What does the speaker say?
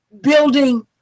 building